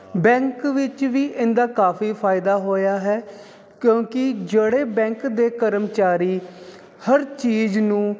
bank ਵਿੱਚ ਵੀ ਇਹਦਾ ਕਾਫੀ ਫਾਇਦਾ ਹੋਇਆ ਹੈ ਕਿਉਂਕਿ ਜਿਹੜੇ ਬੈਂਕ ਦੇ ਕਰਮਚਾਰੀ ਹਰ ਚੀਜ਼ ਨੂੰ